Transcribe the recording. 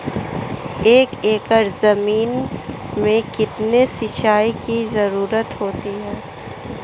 एक एकड़ ज़मीन में कितनी सिंचाई की ज़रुरत होती है?